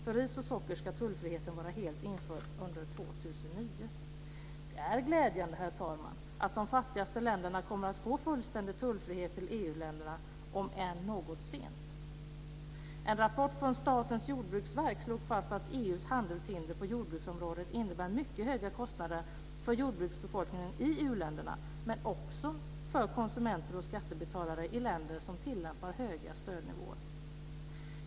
För ris och socker ska tullfriheten vara helt införd under år 2009. Det är glädjande, herr talman, att de fattigaste länderna kommer att få fullständig tullfrihet i förhållande till EU-länderna - om än något sent. I en rapport från Statens jordbruksverk slås det fast att EU:s handelshinder på jordbruksområdet innebär mycket högre kostnader för jordbruksbefolkningen i uländerna men också för konsumenter och skattebetalare i länder som tillämpar höga stödnivåer.